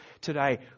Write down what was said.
today